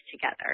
together